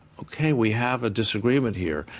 okay we have a disagreement here.